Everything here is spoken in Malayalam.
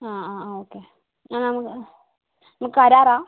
ആ ആ ആ ഓക്കെ നമുക്ക് കരാറാണോ